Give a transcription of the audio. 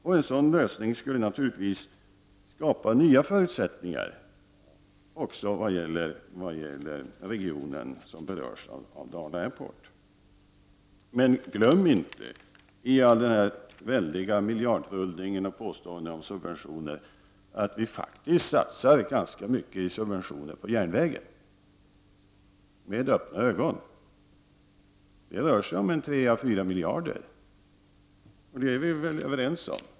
Och en sådan lösning skulle naturligtvis skapa nya förutsättningar även vad gäller den region som berörs av Dala Airport. Men glöm inte, i talet om denna väldiga miljardrullning och påståendena om subventioner, att vi faktiskt satsar ganska mycket i subventioner på järnvägen. Och vi gör det med öppna ögon. Det rör sig om 3 å 4 miljarder, och detta är vi väl överens om.